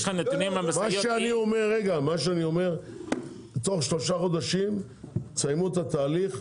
תוך שלושה חודשים תסיימו את התהליך,